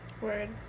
Word